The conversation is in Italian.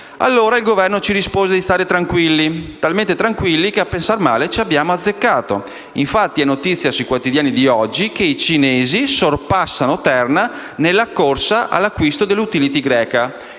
valutata. Il Governo ci rispose di stare tranquilli, talmente tranquilli che, a pensar male, ci abbiamo azzeccato. Infatti, è notizia sui quotidiani di oggi che i cinesi sorpassano Terna nella corsa all'acquisto dell'*utility* greca.